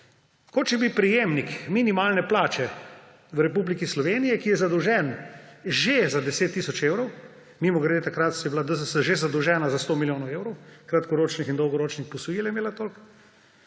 kot če bi prejemnik minimalne plače v Republiki Sloveniji, ki je že zadolžen za 10 tisoč evrov, mimogrede, takrat je bila DZS že zadolžena za 100 milijonov evrov, kratkoročnih in dolgoročnih posojil je imela toliko,